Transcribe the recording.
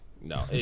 No